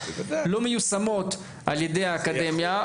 לא מיושמות על ידי האקדמיה,